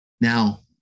Now